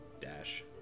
Dash